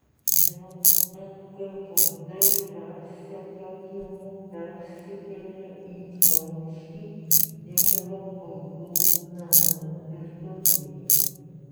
dėl nkvd persekiojimų persikėlė į čiobiškį dirbo vaikų namų virtuvėje